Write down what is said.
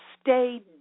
stay